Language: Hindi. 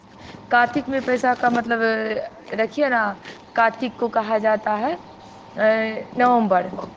कार्तिक में पैसा का मतलब रखिए ना कार्तिक को कहा जाता है नवम्बर